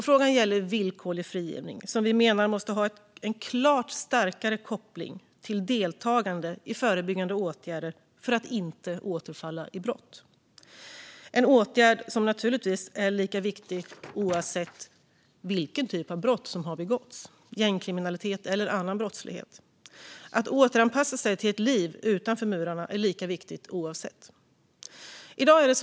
Frågan gäller villkorlig frigivning, som vi menar måste ha en klart starkare koppling till deltagande i förebyggande åtgärder för att man inte ska återfalla i brott. Det är åtgärder som naturligtvis är lika viktiga oavsett vilken typ av brott som har begåtts - gängkriminalitet eller annan brottslighet. Att återanpassa sig till ett liv utanför murarna är lika viktigt oavsett vilket brott man begått.